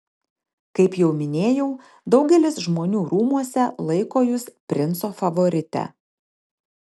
kaip jau minėjau daugelis žmonių rūmuose laiko jus princo favorite